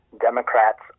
Democrats